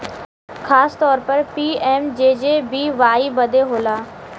खासतौर पर पी.एम.जे.जे.बी.वाई बदे होला